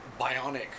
bionic